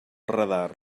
radar